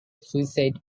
suicide